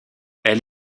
elle